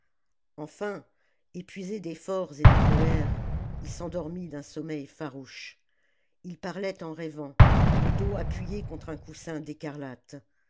enfin épuisé d'efforts et de colère il s'endormit d'un sommeil farouche ii parlait en rêvant le dos appuyé contre un coussin d'écarlate